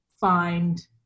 find